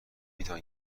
میتوان